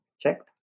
checked